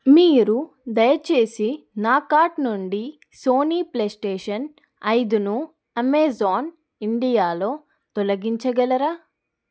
మీరు దయచేసి నా కార్ట్ నుండి సోనీ ప్లే స్టేషన్ ఐదును అమెజాన్ ఇండియాలో తొలగించగలరా